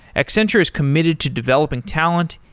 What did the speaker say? accenture is committed to developing talent,